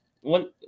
one